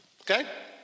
Okay